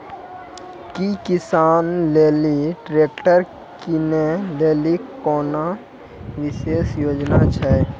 कि किसानो लेली ट्रैक्टर किनै लेली कोनो विशेष योजना छै?